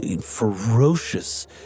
Ferocious